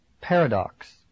paradox